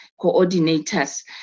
coordinators